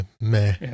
meh